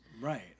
right